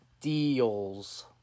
Deals